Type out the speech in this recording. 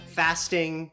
fasting